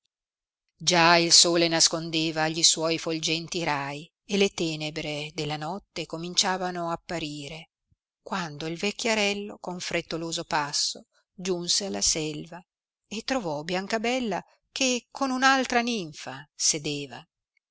già il sole nascondeva gli suoi folgenti rai e le tenebre della notte cominciavano apparire quando il vecchiarello con frettoloso passo giunse alla selva e trovò biancabella che con un altra ninfa sedeva